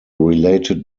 related